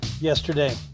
yesterday